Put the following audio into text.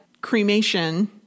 cremation